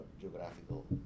geographical